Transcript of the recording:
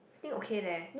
think okay leh